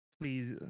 please